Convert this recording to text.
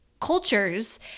cultures